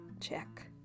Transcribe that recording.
check